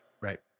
Right